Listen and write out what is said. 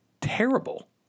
terrible